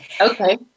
Okay